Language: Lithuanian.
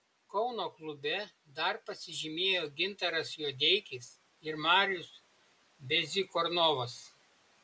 kauno klube dar pasižymėjo gintaras juodeikis ir marius bezykornovas